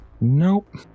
Nope